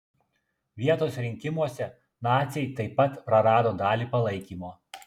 vietos rinkimuose naciai taip pat prarado dalį palaikymo